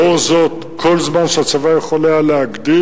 לאור זאת, כל זמן שהצבא יכול היה להגדיל,